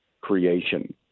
creation